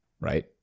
right